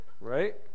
Right